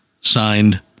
signed